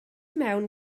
mewn